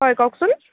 হয় কওকচোন